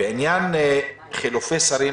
בעניין חילופי שרים,